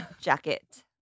jacket